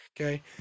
Okay